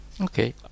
Okay